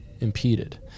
impeded